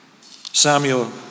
Samuel